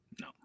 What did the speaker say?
No